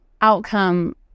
outcome